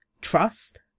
trust